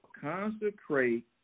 consecrate